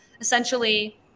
essentially